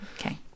okay